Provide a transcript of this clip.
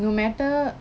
no matter